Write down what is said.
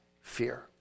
fear